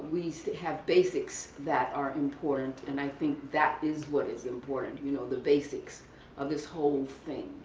we still have basics that are important and i think that is what is important, you know, the basics of this whole thing.